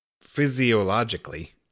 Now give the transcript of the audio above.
physiologically